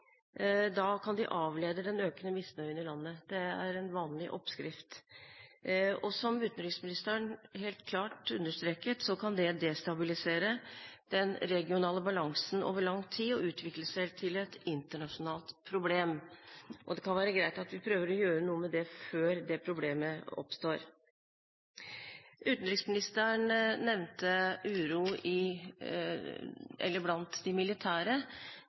da kan avlede den økende misnøyen i landet. Det er en vanlig oppskrift. Som utenriksministeren helt klart understreket, kan det destabilisere den regionale balansen over lang tid og utvikle seg til et internasjonalt problem. Det kan være greit at vi prøver å gjøre noe med dette før det problemet oppstår. Utenriksministeren nevnte uro blant de militære.